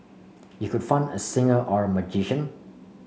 you could fund a singer or a magician